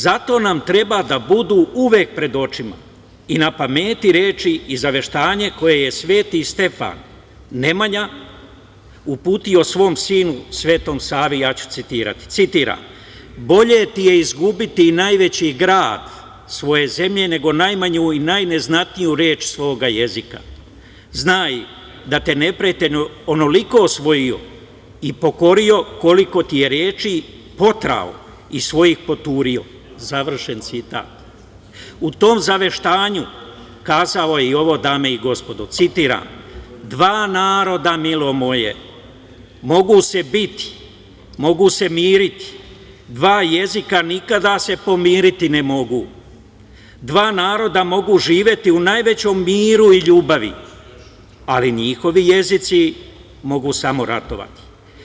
Zato treba da nam budu uvek pred očima i na pameti reči i zaveštanje koje je Sveti Stefan Nemanja uputio svom sinu Svetom Savi, ja ću citirati: „Bolje ti je izgubiti i najveći grad svoje zemlje nego najmanju i najneznatniju reč svoga jezika, znaj da te je neprijatelj onoliko osvojio i pokorio koliko ti je reči potrao i svojih poturio, završen citat.“ U tom zaveštanju kazao je i ovo dame i gospodo, citiram: „Dva naroda milo moje mogu se biti, mogu se miriti, dva jezika nikada se pomiriti ne mogu, dva naroda mogu živeti u najvećem miru i ljubavi, ali njihovi jezici mogu samo ratovati.